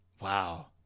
Wow